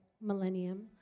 millennium